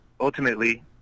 ultimately